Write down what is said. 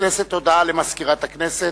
הודעה למזכירת הכנסת.